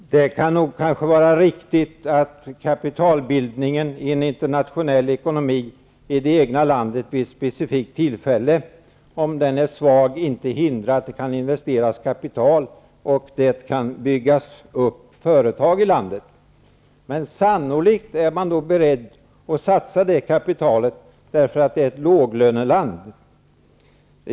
Herr talman! I en internationell ekonomi kan det nog vara riktigt att kapitalbildningen, om den är svag i det egna landet vid ett specifikt tillfälle, inte kan hindra att det investeras och att det byggs upp företag i landet. Men sannolikt är man nog beredd att satsa detta kapital, eftersom det är ett låglöneland.